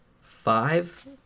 five